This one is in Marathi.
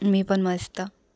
मी पण मस्त